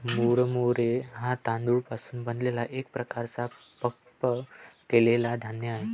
मुरमुरे हा तांदूळ पासून बनलेला एक प्रकारचा पफ केलेला धान्य आहे